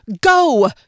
Go